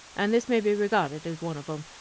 and this may be regarded as one of them.